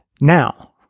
Now